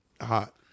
Hot